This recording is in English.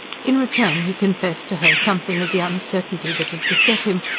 in return he confessed to her something of the uncertainty that had beset him,